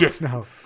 No